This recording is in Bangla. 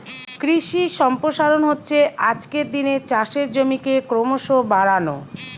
কৃষি সম্প্রসারণ হচ্ছে আজকের দিনে চাষের জমিকে ক্রোমোসো বাড়ানো